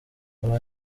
aba